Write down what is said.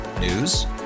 News